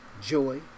joy